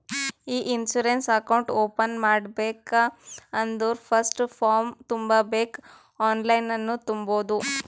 E insurance account open ಮಾಡ್ಬೇಕ ಅಂದುರ್ first form ತುಂಬಬೇಕ್ ಆನ್ಲೈನನ್ನು ತುಂಬೋದು